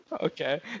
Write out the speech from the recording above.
Okay